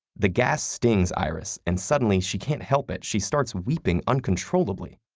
the gas stings iris, and suddenly, she can't help it, she starts weeping uncontrollably.